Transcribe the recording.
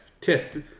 Tiff